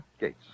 Gates